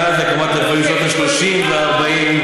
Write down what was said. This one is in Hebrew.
מאז הקמת המפעלים בשנות ה-30 וה-40,